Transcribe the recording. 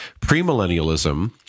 Premillennialism